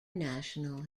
national